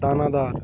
দানাদার